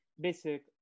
basic